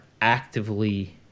actively